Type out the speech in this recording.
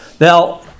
Now